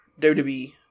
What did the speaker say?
WWE